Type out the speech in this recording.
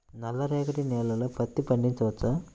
నల్ల రేగడి నేలలో పత్తి పండించవచ్చా?